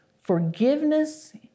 Forgiveness